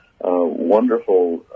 wonderful